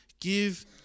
Give